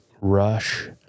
rush